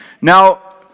Now